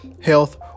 health